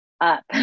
up